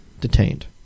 detained